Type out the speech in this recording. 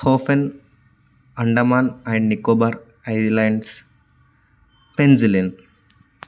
తోఫెన్ Andaman and Nicobar islands పెన్జిలిన్